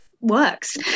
works